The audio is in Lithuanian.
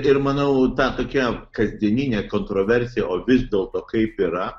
ir manau ta tokia kasdieninė kontroversija o vis dėlto kaip yra